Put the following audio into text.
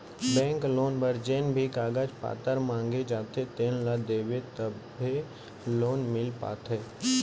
bank loan बर जेन भी कागज पातर मांगे जाथे तेन ल देबे तभे लोन मिल पाथे